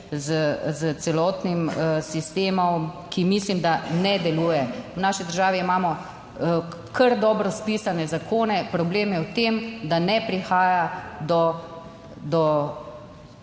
s celotnim sistemom, ki mislim, da ne deluje. V naši državi imamo kar dobro spisane zakone, problem je v tem, da ne prihaja do